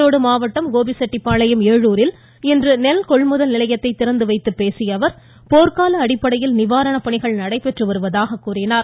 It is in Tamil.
ஈரோடு மாவட்டம் கோபிசெட்டிப்பாளையம் ஏழுரில் இன்று நெல் கொள்முதல் நிலையத்தை திறந்து வைத்துப் பேசிய அவர் போர்க்கால அடிப்படையில் நிவாரணப் பணிகள் நடைபெற்று வருவதாக கூறினார்